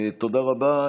תודה רבה.